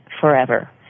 forever